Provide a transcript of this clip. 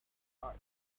art